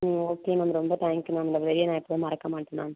ம் okay ma'am ரொம்ப thank you ma'am இந்த உதவியை நான் எப்போவும் மறக்க மாட்டேன் மேம்